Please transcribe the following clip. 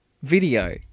video